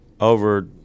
over